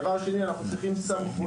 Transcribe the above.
דבר שני אנחנו צריכים סמכויות,